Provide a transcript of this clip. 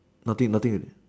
nothing nothing